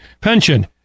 pension